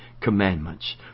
Commandments